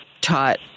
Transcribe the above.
taught